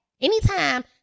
Anytime